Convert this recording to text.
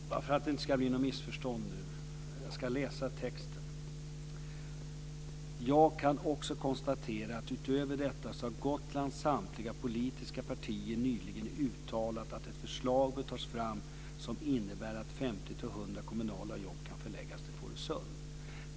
Fru talman! För att det inte ska bli något missförstånd ska jag läsa högt: Jag kan också konstatera att utöver detta har Gotlands samtliga politiska partier nyligen uttalat att ett förslag bör tas fram som innebär att 50-100 kommunala jobb kan förläggas till Fårösund.